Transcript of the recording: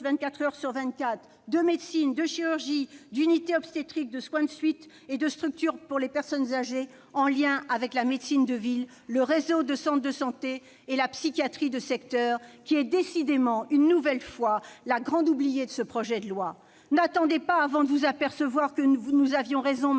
24 heures sur 24, de médecine, de chirurgie, d'obstétrique, de soins de suite et des structures pour les personnes âgées en lien avec la médecine de ville, le réseau de centres de santé et la psychiatrie de secteur, qui est décidément, une nouvelle fois, la grande oubliée de ce projet de loi. N'attendez pas, madame la ministre, avant de vous apercevoir que nous avions raison comme